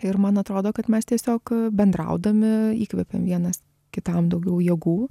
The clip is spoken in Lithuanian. ir man atrodo kad mes tiesiog bendraudami įkvepiam vienas kitam daugiau jėgų